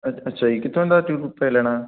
ਅੱਛਾ ਜੀ ਕਿੱਥੋਂ ਦਾ ਟੂਰ ਪੈਕ ਲੈਣਾ